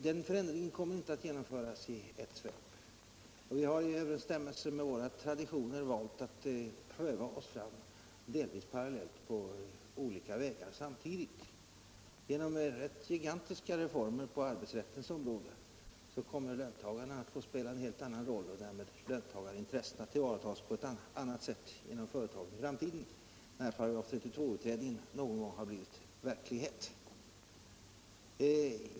Denna förändrade syn kommer inte att ge utslag i ett svep. Vi har i överensstämmelse med våra traditioner valt att pröva oss fram, delvis på olika vägar samtidigt. Genom gigantiska reformer på arbetsrättens område kommer i framtiden löntagarna att få spela en helt annan roll och därmed löntagarintressena att tillvaratas på ett annat sätt inom företagen — när tankegångarna i § 32-utredningen har förverkligats.